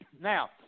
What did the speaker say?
now